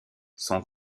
sont